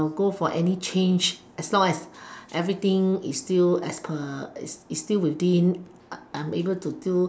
go for any change as long as everything is still as per it's it's still within I I'm able to do